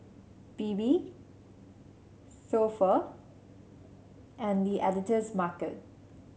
Bebe So Pho and The Editor's Market